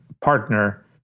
partner